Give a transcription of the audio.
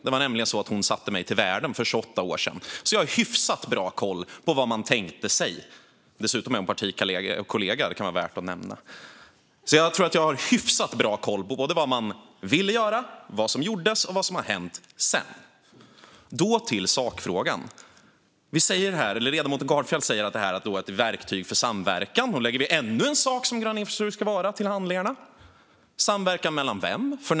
Det är nämligen så att hon satte mig till världen för 28 år sedan, så jag har hyfsat bra koll på vad man tänkte sig. Dessutom är hon en partikollega; det kan vara värt att nämna. Jag tror alltså att jag har hyfsat bra koll på vad man ville göra, vad som gjordes och vad som har hänt sedan dess. Så till sakfrågan. Ledamoten Gardfjell säger att det här är ett verktyg för samverkan. Hon lägger därmed till ännu en sak som grön infrastruktur ska vara. Samverkan mellan vilka?